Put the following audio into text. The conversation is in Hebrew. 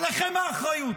עליכם האחריות,